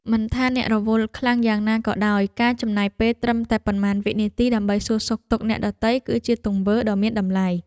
មិនថាអ្នករវល់ខ្លាំងយ៉ាងណាក៏ដោយការចំណាយពេលត្រឹមតែប៉ុន្មានវិនាទីដើម្បីសួរសុខទុក្ខអ្នកដទៃគឺជាទង្វើដ៏មានតម្លៃ។